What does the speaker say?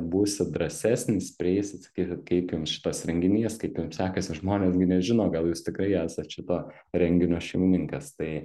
būsit drąsesnis prieisit sakysit kaip jums šitas renginys kaip jum sekasi žmonės gi nežino gal jūs tikrai esat šito renginio šeimininkas tai